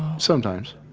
sometimes